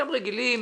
אתם רגילים